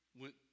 Went